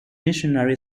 missionary